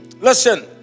Listen